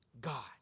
God